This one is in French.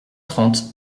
trente